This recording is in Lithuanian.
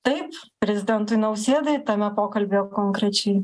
taip prezidentui nausėdai tame pokalbyje konkrečiai